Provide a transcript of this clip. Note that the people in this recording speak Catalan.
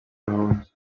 raons